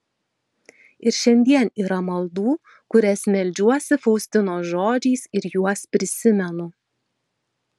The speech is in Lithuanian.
ir šiandien yra maldų kurias meldžiuosi faustinos žodžiais ir juos prisimenu